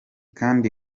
kandi